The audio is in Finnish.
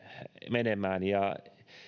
menemään